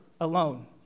alone